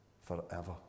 forever